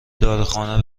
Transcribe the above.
داروخانه